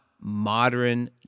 modern